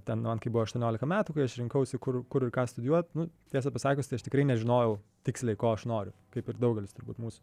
ten man kai buvo aštuoniolika metų kai aš rinkausi kur kur ir ką studijuot nu tiesą pasakius tai aš tikrai nežinojau tiksliai ko aš noriu kaip ir daugelis turbūt mūsų